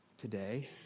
today